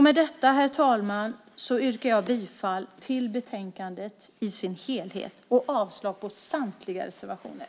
Med detta, herr talman, yrkar jag bifall till förslaget i betänkandet i sin helhet och avslag på samtliga reservationer.